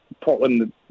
Portland –